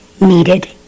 needed